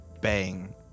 bang